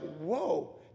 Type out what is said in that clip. whoa